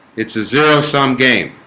it's a zero-sum game